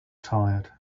tired